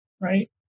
right